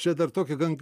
čia dar tokį gan